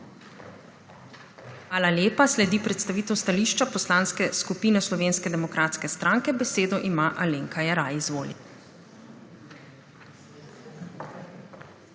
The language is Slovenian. Hvala lepa. Sledi predstavitev stališča Poslanske skupine Slovenske demokratske stranke. Besedo ima Alenka Jeraj, izvolite.